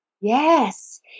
Yes